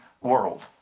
world